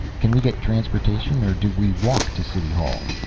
can we get transportation or do we walk to city hall?